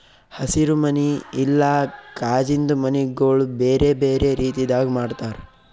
ಹಸಿರು ಮನಿ ಇಲ್ಲಾ ಕಾಜಿಂದು ಮನಿಗೊಳ್ ಬೇರೆ ಬೇರೆ ರೀತಿದಾಗ್ ಮಾಡ್ತಾರ